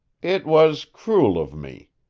it was cruel of me.